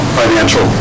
financial